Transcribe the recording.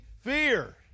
fear